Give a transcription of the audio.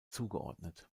zugeordnet